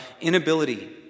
inability